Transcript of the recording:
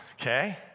okay